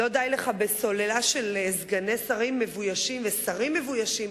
לא די לך בסוללה של סגני שרים מבוישים ושרים מבוישים,